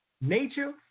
nature